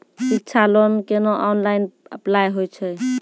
शिक्षा लोन केना online apply होय छै?